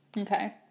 Okay